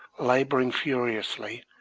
labouring furiously,